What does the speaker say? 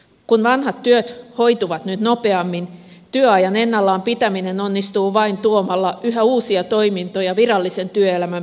kun vanhat työt hoituvat nyt nopeammin työajan ennallaan pitäminen onnistuu vain tuomalla yhä uusia toimintoja virallisen työelämän piiriin